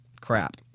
Crap